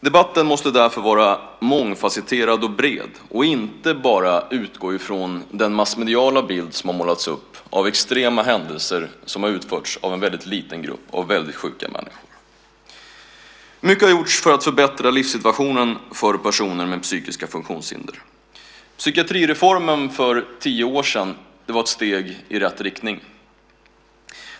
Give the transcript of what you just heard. Debatten måste därför vara mångfasetterad och bred och inte bara utgå från den massmediala bild som har målats upp av extrema händelser som har utförts av en mycket liten grupp väldigt sjuka människor. Mycket har gjorts för att förbättra livssituationen för personer med psykiska funktionshinder. Psykiatrireformen för tio år sedan var ett steg i rätt riktning.